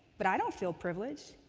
but i don't feel privileged.